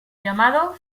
llamado